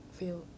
feel